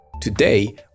Today